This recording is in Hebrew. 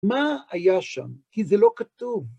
מה היה שם? כי זה לא כתוב.